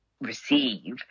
receive